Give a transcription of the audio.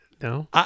No